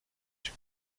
cię